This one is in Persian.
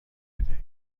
بدهید